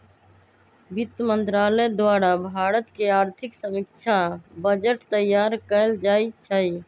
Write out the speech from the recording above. वित्त मंत्रालय द्वारे भारत के आर्थिक समीक्षा आ बजट तइयार कएल जाइ छइ